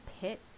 pit